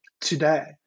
today